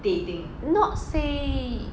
not say